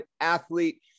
athlete